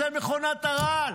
זה מכונת הרעל.